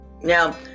Now